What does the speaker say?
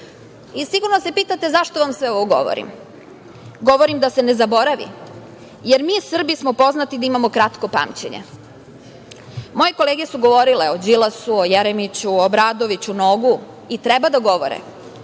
dalje. Sigurno se pitate zašto vam sve ovo govorim. Govorim da se ne zaboravi, jer mi Srbi smo poznati da imamo kratko pamćenje. Moje kolege su govorile o Đilasu, o Jeremiću, o Obradoviću, o Nogu, i treba da govore,